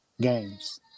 games